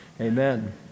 amen